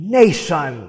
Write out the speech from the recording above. nation